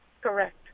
Correct